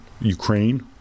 Ukraine